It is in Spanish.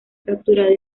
capturado